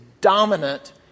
dominant